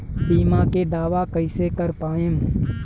बीमा के दावा कईसे कर पाएम?